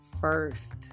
first